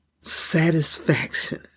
satisfaction